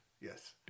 Yes